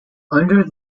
under